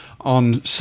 on